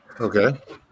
Okay